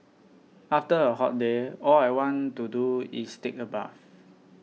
after a hot day all I want to do is take a bath